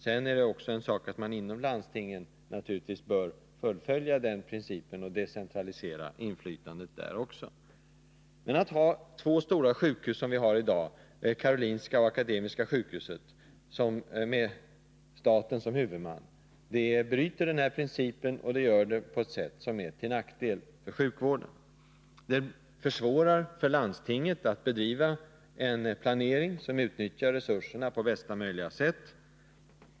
Sedan är det en annan sak att man inom landstingen naturligtvis bör fullfölja den principen och decentralisera inflytande också där. Att som i dag två stora sjukhus, Karolinska sjukhuset och Akademiska sjukhuset, har staten som huvudman bryter den här principen. Det är till nackdel för sjukvården. Det försvårar för landstinget att bedriva en planering som utnyttjar resurserna på bästa möjliga sätt.